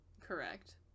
Correct